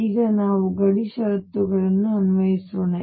ಈಗ ನಾವು ಗಡಿ ಷರತ್ತುಗಳನ್ನು ಅನ್ವಯಿಸೋಣ